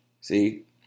see